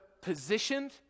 positioned